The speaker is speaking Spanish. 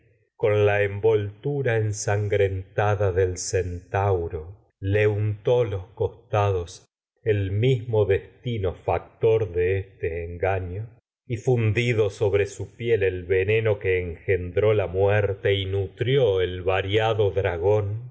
con envoltura ensangrentada le untó y los costados dido el mismo destino su factor engaño fun sobre piel el veneno que engendró la es muerte y vea nutrió el variado dragón